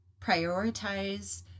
prioritize